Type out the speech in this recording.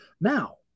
Now